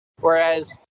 whereas